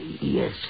Yes